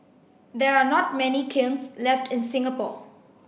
there are not many kilns left in Singapore